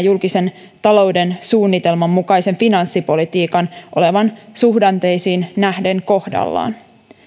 julkisen talouden suunnitelman mukaisen finanssipolitiikan olevan suhdanteisiin nähden kohdallaan